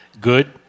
Good